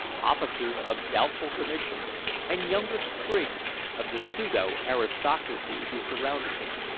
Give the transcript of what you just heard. officers of doubtful commission and younger sprigs of the pseudo-aristocracy who surrounded him,